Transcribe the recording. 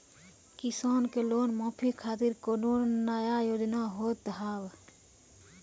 किसान के लोन माफी खातिर कोनो नया योजना होत हाव?